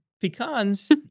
pecans